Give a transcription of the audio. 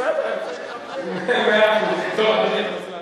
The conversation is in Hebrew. זאת הבעיה, צריך לחפש.